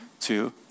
two